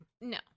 No